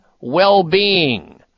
Well-Being